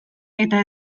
eta